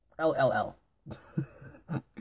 L-L-L